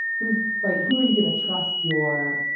who's like, who are you going to trust your